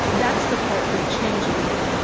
that's the part that changes.